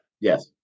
Yes